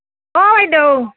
অঁ বাইদেউ